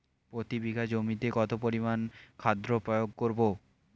প্রতি বিঘা জমিতে কত পরিমান খাদ্য প্রয়োগ করব?